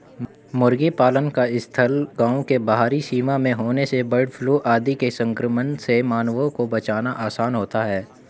मुर्गी पालन का स्थल गाँव के बाहरी सीमा में होने से बर्डफ्लू आदि के संक्रमण से मानवों को बचाना आसान होता है